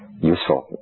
useful